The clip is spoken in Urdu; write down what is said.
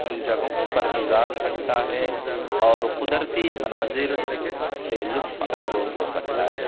ان جگہوں پر گزار سکتا ہے اور قدرتی مناظر سے لطف اندوز ہو سکتا ہے